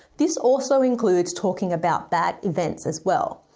this also includes talking about that events as well.